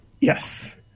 Yes